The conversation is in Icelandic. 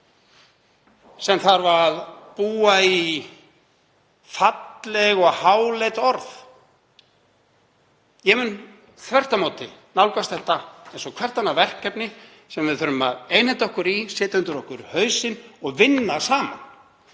sem þarf að búa í falleg og háleit orð. Ég mun þvert á móti nálgast þetta eins og hvert annað verkefni sem við þurfum að einhenda okkur í, setja undir okkur hausinn og vinna saman.